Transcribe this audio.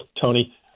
Tony